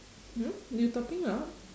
hmm you topping up